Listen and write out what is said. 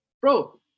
Bro